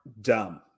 dumb